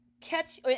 catch